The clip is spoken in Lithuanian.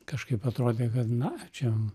kažkaip atrodė kad na čia